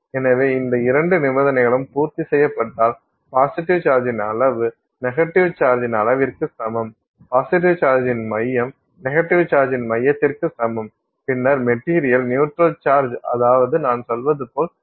எனவே இந்த இரண்டு நிபந்தனைகளும் பூர்த்தி செய்யப்பட்டால் பாசிட்டிவ் சார்ஜின் அளவு நெகட்டிவ் சார்ஜின் அளவிற்கு சமம் பாசிட்டிவ் சார்ஜின் மையம் நெகட்டிவ் சார்ஜின் மையத்திற்கு சமம் பின்னர் மெட்டீரியல் நியூட்ரல் சார்ஜ் அதாவது நான் சொல்வது போல் போலரைஸ்டு ஆகவில்லை